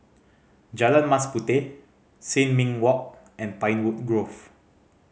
Jalan Mas Puteh Sin Ming Walk and Pinewood Grove